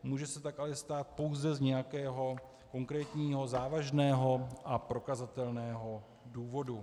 Může se tak ale stát pouze z nějakého konkrétního závažného a prokazatelného důvodu.